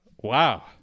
wow